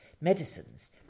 medicines